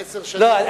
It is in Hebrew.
העשר שנים, לא.